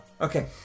Okay